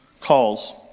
calls